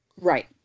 Right